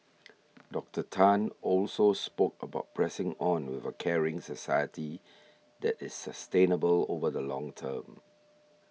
Doctor Tan also spoke about pressing on with a caring society that is sustainable over the long term